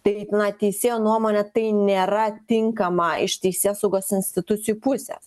tai na teisėjo nuomone tai nėra tinkama iš teisėsaugos institucijų pusės